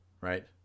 Right